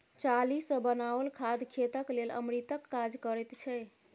चाली सॅ बनाओल खाद खेतक लेल अमृतक काज करैत छै